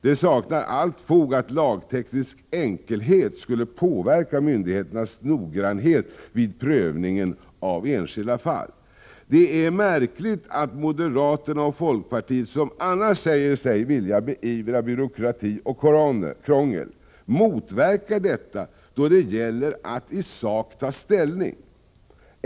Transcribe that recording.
Misstanken att lagteknisk enkelhet skulle påverka myndigheternas noggrannhet vid prövningen av enskilda fall saknar allt fog. Det är märkligt att moderaterna och folkpartiet, som annars säger sig vilja beivra byråkrati och krångel, motarbetar detta då det gäller att i sak ta ställning.